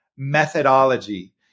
methodology